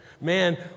man